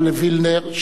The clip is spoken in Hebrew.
על וילנר,